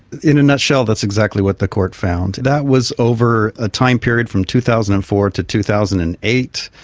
in a nutshell that's exactly what the court found. that was over a time period from two thousand and four to two thousand and eight.